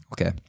Okay